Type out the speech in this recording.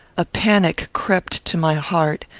a panic crept to my heart,